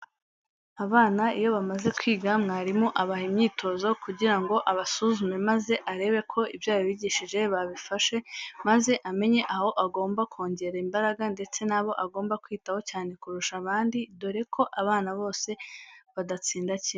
Abana iyo bamaze kwiga, mwarimu abaha imyitozo kugira ngo abasuzume maze arebe ko ibyo yabigishije babifashe maze amenye aho agomba kongera imbaraga ndetse n'abo agomba kwitaho cyane kurusha abandi, dore ko abana bose badatsinda kimwe.